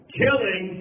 killing